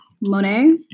Monet